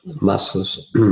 muscles